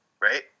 right